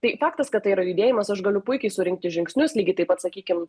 tai faktas kad tai yra judėjimas aš galiu puikiai surinkti žingsnius lygiai taip pat sakykim